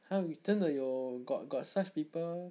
!huh! 真的我 got got such people